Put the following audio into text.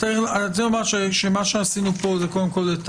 צריך לומר שמה שעשינו פה זה קודם כל את